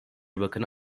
bakanı